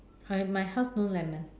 sorry my house no lemon